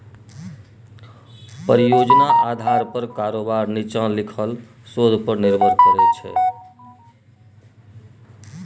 परियोजना आधार पर कारोबार नीच्चां लिखल शोध पर निर्भर करै छै